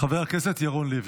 חבר הכנסת ירון לוי.